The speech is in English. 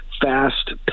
fast